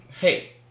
hey